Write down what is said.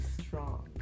strong